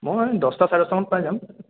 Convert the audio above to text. মই দহটা চাৰে দহটামানত পাই যাম